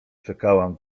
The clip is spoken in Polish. czekałam